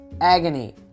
agony